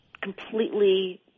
completely